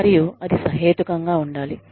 మరియు అది సహేతుకంగా ఉండాలి